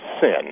sin